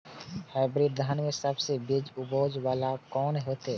Hybrid धान में सबसे बेसी उपज बाला कोन हेते?